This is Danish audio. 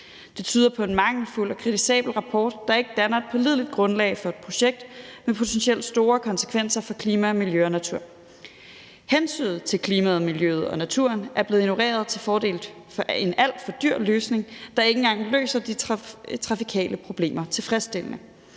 Det tyder på en mangelfuld og kritisabel rapport, der ikke danner et pålideligt grundlag for et projekt med potentielt store konsekvenser for klima, miljø og natur. Hensynet til klimaet, miljøet og naturen er blevet ignoreret til fordel for en alt for dyr løsning, der ikke engang løser de trafikale problemer tilfredsstillende.